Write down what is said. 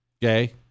Gay